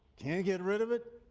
can't get rid of it?